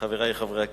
חברי חברי הכנסת,